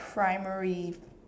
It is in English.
primary